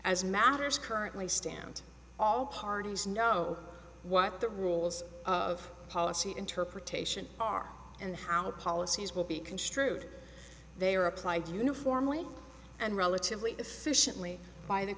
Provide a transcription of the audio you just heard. as matters currently stand all parties know what the rules of policy interpretation are and how the policies will be construed they are applied uniformly and relatively